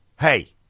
Hey